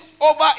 over